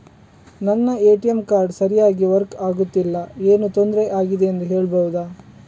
ನನ್ನ ATM card ಸರಿಯಾಗಿ work ಆಗುತ್ತಿಲ್ಲ, ಏನು ತೊಂದ್ರೆ ಆಗಿದೆಯೆಂದು ಹೇಳ್ಬಹುದಾ?